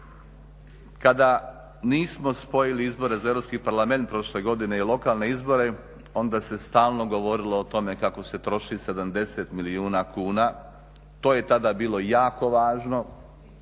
Kada nismo spojili izbore za Europski parlament prošle godine i lokalne izbore, onda se stalno govorilo o tome kako se troši 70 milijuna kuna, to je tada bilo jako važno,